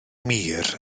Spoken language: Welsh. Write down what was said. mur